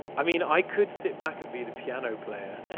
i mean, i could sit back and be the piano player.